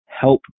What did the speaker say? help